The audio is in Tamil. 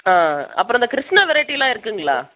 ஆ அப்புறம் அந்த கிருஷ்ண வெரைட்டிலாம் இருக்குதுங்களா